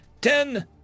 Ten